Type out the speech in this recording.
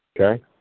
Okay